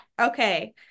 Okay